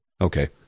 Okay